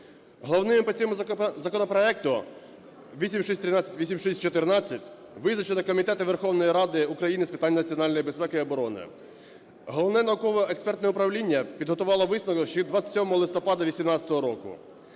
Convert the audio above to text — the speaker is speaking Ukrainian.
Головним по цьому законопроекту (8613, 8614) визначено Комітет Верховної Ради України з питань національної безпеки і оборони. Головне науково-експертне управління підготувало висновок ще 27 листопада 18-го року.